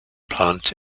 plant